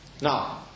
Now